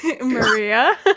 maria